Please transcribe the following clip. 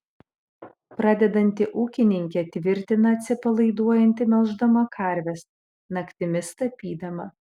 pradedanti ūkininkė tvirtina atsipalaiduojanti melždama karves naktimis tapydama